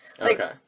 Okay